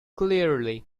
clearly